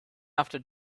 after